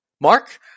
Mark